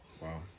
Wow